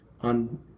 on